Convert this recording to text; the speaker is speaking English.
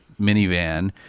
minivan